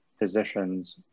physicians